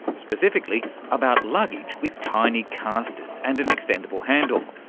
specifically about luggage with tiny casters and an extendable handle.